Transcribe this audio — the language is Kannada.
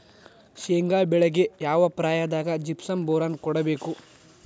ಶೇಂಗಾ ಬೆಳೆಗೆ ಯಾವ ಪ್ರಾಯದಾಗ ಜಿಪ್ಸಂ ಬೋರಾನ್ ಕೊಡಬೇಕು?